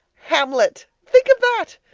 hamlet. think of that!